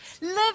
live